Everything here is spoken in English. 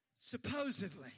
Supposedly